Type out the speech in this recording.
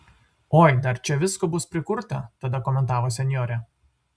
oi dar čia visko bus prikurta tada komentavo senjorė